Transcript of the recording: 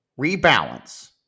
Rebalance